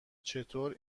چطور